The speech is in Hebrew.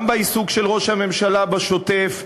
גם בעיסוק של ראש הממשלה בשוטף,